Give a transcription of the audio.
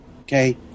okay